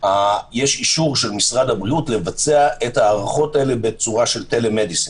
יש אישור של משרד הבריאות לבצע את ההערכות האלה בצורה של טלמדיסין,